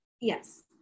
yes